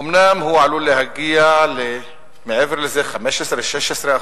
אומנם הוא עלול להגיע למעבר לזה, 15% 16%,